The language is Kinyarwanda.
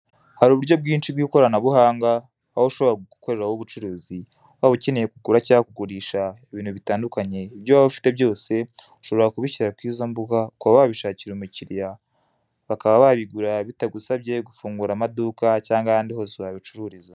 Hari uburyo bwinshi bw'ikoranabuhanga waba ushobora gukoreraho ubucuruzi; waba ukeneye kugura cyangwa kugurisha ibintu bitandukanye; ibyo waba ufite byose ushobora kubishyira kuri izo mbuga, ukaba wabishakira umukiriya bakaba babigura bitagusabye gufungura amaduka cyangwa ahandi hose wabicururiza.